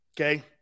Okay